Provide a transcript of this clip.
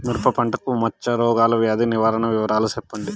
మిరపకాయ పంట మచ్చ రోగాల వ్యాధి నివారణ వివరాలు చెప్పండి?